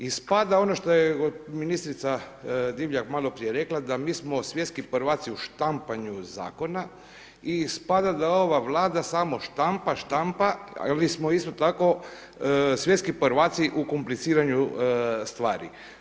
Ispada ono što je ministrica Divjak maloprije rekla da mi smo svjetski prvaci u štampanju zakona i ispada da ova Vlada samo štampa, štampa ali smo isto tako svjetski prvaci u kompliciranju stvari.